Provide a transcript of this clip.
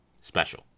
special